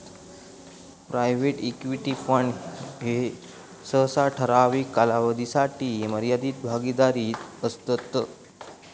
private equity fund ह्ये सहसा ठराविक कालावधीसाठी मर्यादित भागीदारीत असतत